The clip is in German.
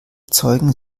zeugen